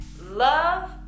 love